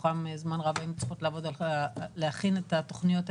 זמן רב מתוך ארבעת החודשים היינו צריכות להכין את התכניות האלו.